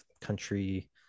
country